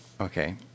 Okay